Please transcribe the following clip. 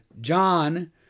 John